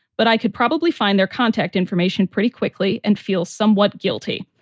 but i could probably find their contact information pretty quickly and feel somewhat guilty.